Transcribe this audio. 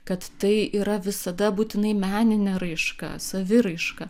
kad tai yra visada būtinai meninė raiška saviraiška